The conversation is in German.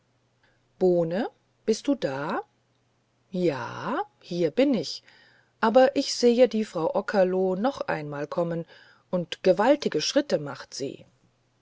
bohne bist du da ja hier bin ich aber ich sehe die frau okerlo noch einmal kommen und gewaltige schritte macht sie